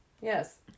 Yes